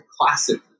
classic